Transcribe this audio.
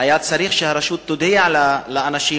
היה צריך שהרשות תודיע לאנשים,